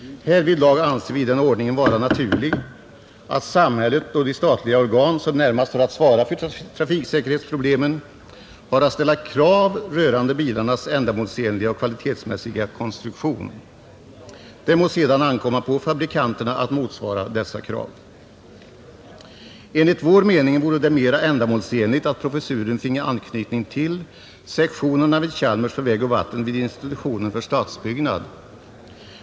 Härvidlag anser vi den ordningen vara naturlig att samhället och de statliga organ, som närmast har att svara för trafiksäkerhetsproblemen, har att ställa krav rörande bilarnas ändamålsenliga och kvalitetsmässiga konstruktion. Sedan må det ankomma på fabrikanterna att motsvara dessa krav, Enligt vår mening vore det mera ändamålsenligt att professuren fick anknytning till de sektioner som finns vid Chalmers för väg och vatten vid institutionen för stadsbyggnad.